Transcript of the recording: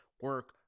Work